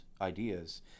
ideas